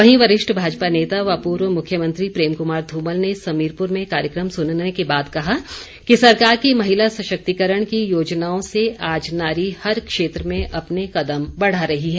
वहीं वरिष्ठ भाजपा नेता व पूर्व मुख्यमंत्री प्रेम कुमार धूमल ने समीरपुर में कार्यक्रम सुनने के बाद कहा कि सरकार की महिला सशक्तिकरण की योजनाओं से आज नारी हर क्षेत्र में अपने कदम बढ़ा रही है